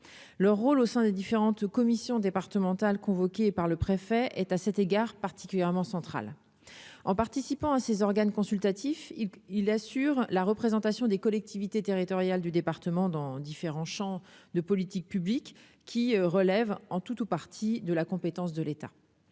leur rôle au sein des différentes commissions départementales convoquée par le préfet est à cet égard particulièrement central en participant à ces organes consultatifs il il assure la représentation des collectivités territoriales du département dans différents champs de politiques publiques qui relève en tout ou partie de la compétence de l'État,